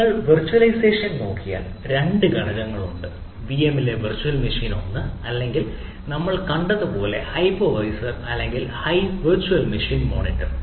നിങ്ങൾ വിർച്വലൈസേഷൻ നോക്കിയാൽ 2 ഘടകങ്ങളുണ്ട് വിഎംഎമ്മിലെ വിർച്വൽ മെഷീൻ ഒന്ന് അല്ലെങ്കിൽ നമ്മൾ കണ്ടതുപോലെ ഹൈപ്പർവൈസർ അല്ലെങ്കിൽ വെർച്വൽ മെഷീൻ മോണിറ്റർ